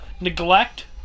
neglect